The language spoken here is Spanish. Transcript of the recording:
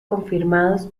confirmados